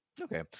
Okay